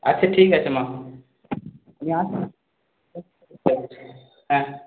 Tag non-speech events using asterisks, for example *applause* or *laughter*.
আচ্ছা ঠিক আছে মা আমি আসছি *unintelligible* হ্যাঁ